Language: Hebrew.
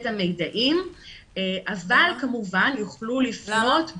את המידעים, אבל כמובן יוכלו לפנות --- למה?